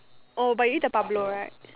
oh but you eat the Pablo right